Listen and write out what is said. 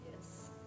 Yes